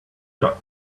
got